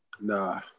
Nah